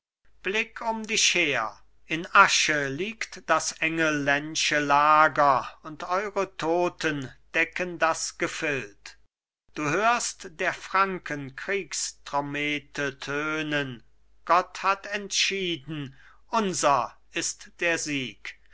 blick um dich her in asche liegt das engelländsche lager und eure toten decken das gefild du hörst der franken kriegstrommete tönen gott hat entschieden unser ist der sieg